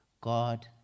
God